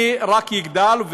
העוני רק יגדל,